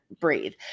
breathe